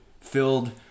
filled